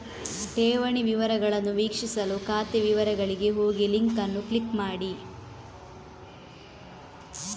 ಠೇವಣಿ ವಿವರಗಳನ್ನು ವೀಕ್ಷಿಸಲು ಖಾತೆ ವಿವರಗಳಿಗೆ ಹೋಗಿಲಿಂಕ್ ಅನ್ನು ಕ್ಲಿಕ್ ಮಾಡಿ